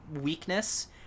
weakness